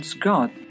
God